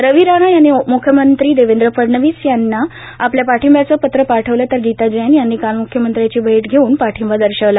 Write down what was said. रवी राणा यांनी मुख्यमंत्री देवेंद्र फडणवीस यांना आपल्या पाठिंब्याचं पत्र पाठवलं तर गीता जैन यांनी काल मुख्यमंत्र्यांची भेट घेऊन पाठिंबा दर्शवला